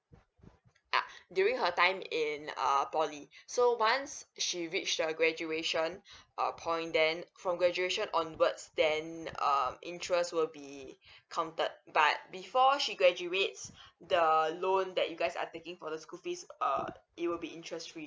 uh during her time in err poly so once she reached the graduation uh point then from graduation onwards then um interest will be counted but before she graduates the loan that you guys are taking for the school fees uh it will be interest free